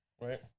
right